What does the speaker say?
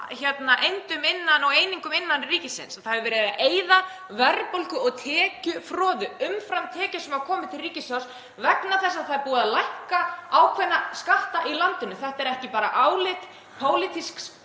í ákveðnum einingum innan ríkisins og að verið er að eyða verðbólgu- og tekjufroðu, umframtekjum sem hafa komið til ríkissjóðs vegna þess að það er búið að lækka ákveðna skatta í landinu. Þetta er ekki bara álit pólitísks